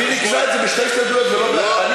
אז היא ריכזה את זה בשתי הסתייגויות ולא באחת.